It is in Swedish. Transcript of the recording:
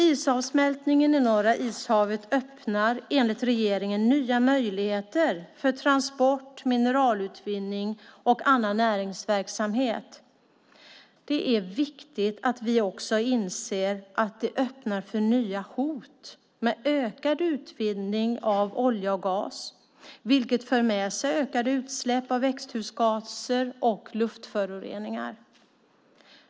Isavsmältningen i norra Ishavet öppnar enligt regeringen nya möjligheter för transport, mineralutvinning och annan näringsverksamhet. Det är viktigt att vi också inser att det öppnar för nya hot med ökad utvidgning av olja och gas, vilket för med sig ökade utsläpp av växthusgaser och luftföroreningar.